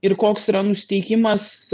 ir koks yra nusiteikimas